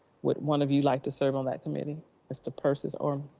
would one of you like to serve on that committee mr. persis or?